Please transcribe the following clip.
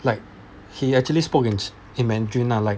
like he actually spoke in in mandarin lah like